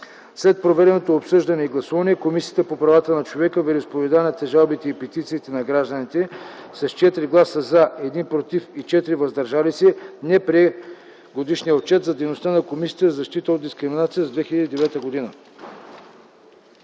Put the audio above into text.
След проведеното обсъждане и гласуване, Комисията по правата на човека, вероизповеданията, жалбите и петициите на гражданите, с 4 гласа „за”, 1 – „против”, и 4 – „въздържали се”, не прие Годишния отчет за дейността на Комисията за защита от дискриминация за 2009 г.”